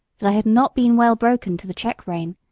that i had not been well broken to the check-rein,